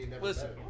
Listen